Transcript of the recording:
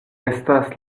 estas